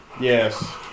Yes